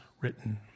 written